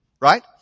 right